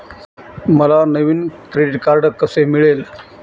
मला नवीन credit card कसे मिळेल?